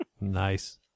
Nice